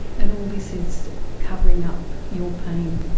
and all this is covering up your pain.